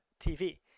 tv